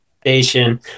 station